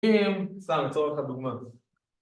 ‫אם, סתם לצורך הדוגמא הזאת.